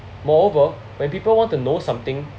moreover when people want to know something